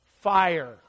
fire